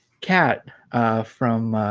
cat from